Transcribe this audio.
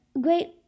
great